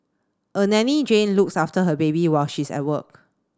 a nanny Jane looks after her baby while she's at work